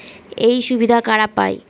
এই সুবিধা কারা পায়?